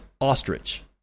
Ostrich